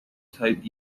type